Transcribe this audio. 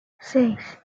seis